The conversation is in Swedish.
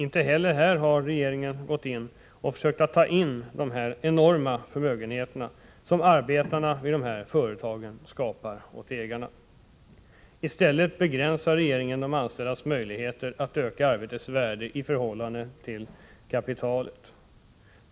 Inte heller här har regeringen gått in och försökt att ta in de enorma förmögenheter som arbetarna vid dessa företag skapar åt ägarna. I stället begränsar regeringen de anställdas möjligheter att öka arbetets värde i förhållande till kapitalet.